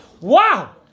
Wow